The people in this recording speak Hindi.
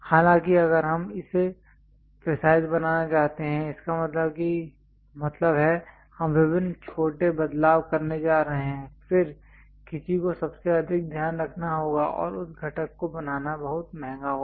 हालाँकि अगर हम इसे प्रिसाइज बनाना चाहते हैं इसका मतलब है हम विभिन्न छोटे बदलाव करने जा रहे हैं फिर किसी को सबसे अधिक ध्यान रखना होगा और उस घटक को बनाना बहुत महंगा होगा